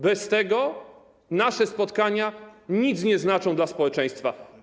Bez tego nasze spotkania nic nie znaczą dla społeczeństwa.